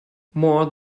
more